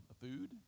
food